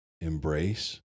embrace